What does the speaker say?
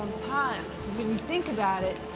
when you think about it,